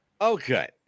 okay